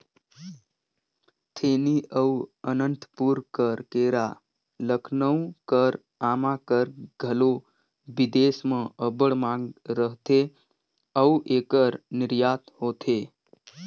थेनी अउ अनंतपुर कर केरा, लखनऊ कर आमा कर घलो बिदेस में अब्बड़ मांग रहथे अउ एकर निरयात होथे